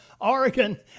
Oregon